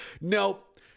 Nope